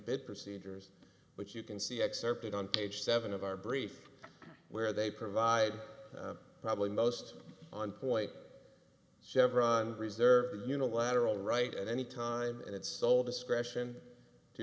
bid procedures which you can see excerpted on page seven of our brief where they provide probably most on point chevron raise their unilateral right at any time and its sole discretion to